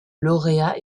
lauréat